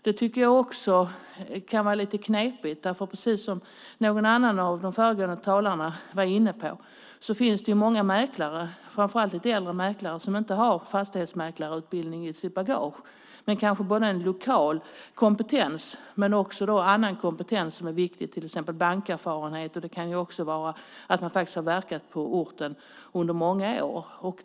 Det kan också vara lite knepigt. Precis som någon av de föregående talarna var inne på finns många mäklare, framför allt lite äldre mäklare, som inte har fastighetsmäklarutbildning i sitt bagage, men de kan ha lokal kompetens och annan viktig kompetens, till exempel bankerfarenhet. De kan också ha verkat på orten under många år.